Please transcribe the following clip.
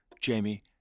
Jamie